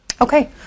Okay